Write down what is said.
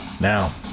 Now